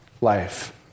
life